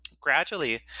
Gradually